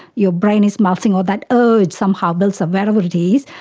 your brain is melting or that urge somehow builds up wherever it is,